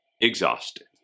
exhausted